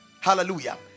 Hallelujah